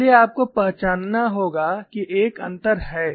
इसलिए आपको पहचानना होगा कि एक अंतर है